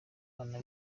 abana